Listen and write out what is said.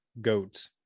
goat